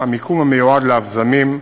המיקום המיועד לאבזמים,